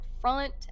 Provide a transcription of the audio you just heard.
front